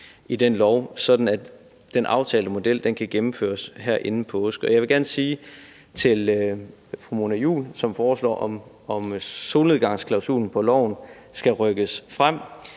i den lov, sådan at den aftalte model kan gennemføres her inden påske. Og jeg vil gerne sige til fru Mona Juul, som foreslår, at solnedgangsklausulen på loven skal rykkes frem: